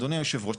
אדוני יושב הראש,